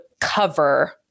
cover